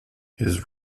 his